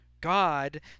God